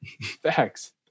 Facts